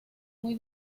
muy